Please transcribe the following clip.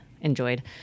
enjoyed